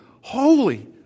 holy